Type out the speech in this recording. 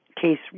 case